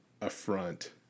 affront